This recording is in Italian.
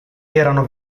erano